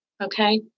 Okay